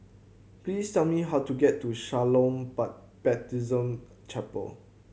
please tell me how to get to Shalom but Baptist Chapel